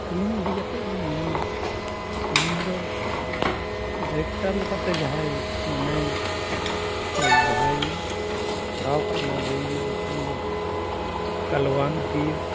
film ᱤᱫᱤ ᱠᱟᱛᱮ ᱫᱩᱧ ᱢᱮᱱᱟ ᱯᱷᱤᱞᱤᱢ ᱫᱚ ᱰᱮᱨᱮᱠ ᱴᱟᱨ ᱞᱮᱠᱟᱛᱮ ᱡᱟᱦᱟᱸᱭ ᱢᱮᱱᱟᱭ ᱥᱮ ᱡᱟᱦᱟᱸᱭ ᱠᱚᱨᱟᱣ ᱟᱠᱟᱫ ᱟᱭ ᱚᱱᱟ ᱵᱳᱹᱭ ᱨᱮᱭᱟᱜ ᱧᱩᱛᱩᱢ ᱫᱚ ᱠᱟᱞᱚᱣᱟᱱ ᱵᱤᱨ